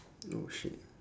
no shit